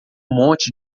monte